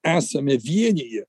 esame vienyje